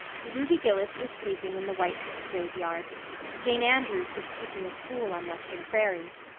ruby gillis was sleeping in the white-heaped graveyard jane andrews was teaching a school on western prairies.